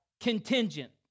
contingent